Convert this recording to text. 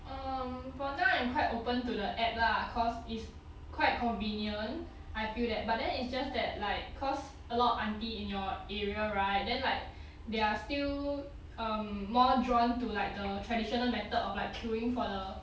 um for now I'm quite open to the app lah cause it's quite convenient I feel that but then it's just that like cause a lot of aunty in your area right then like they are still um more drawn to like the traditional method of like queuing for the